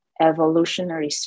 evolutionary